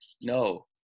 No